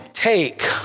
Take